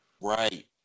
Right